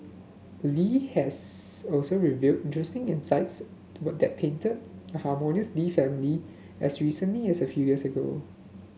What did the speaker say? Li has also revealed interesting insights what that painted a harmonious Lee family as recently as a few years ago